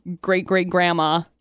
great-great-grandma